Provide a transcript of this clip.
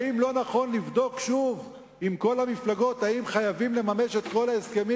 האם לא נכון לבדוק שוב עם כל המפלגות אם חייבים לממש את כל ההסכמים?